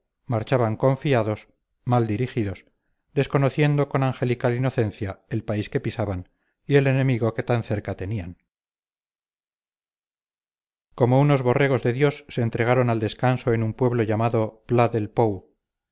marchaban confiados mal dirigidos desconociendo con angelical inocencia el país que pisaban y el enemigo que tan cerca tenían como unos borregos de dios se entregaron al descanso en un pueblo llamado pla del pou